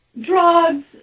drugs